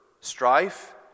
strife